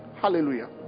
Hallelujah